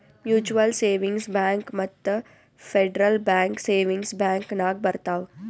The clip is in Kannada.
ಮ್ಯುಚುವಲ್ ಸೇವಿಂಗ್ಸ್ ಬ್ಯಾಂಕ್ ಮತ್ತ ಫೆಡ್ರಲ್ ಬ್ಯಾಂಕ್ ಸೇವಿಂಗ್ಸ್ ಬ್ಯಾಂಕ್ ನಾಗ್ ಬರ್ತಾವ್